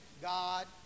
God